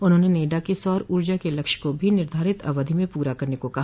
उन्होंने नेडा के सौर ऊर्जा के लक्ष्य को भी निर्धारित अवधि में पूरा करने को कहा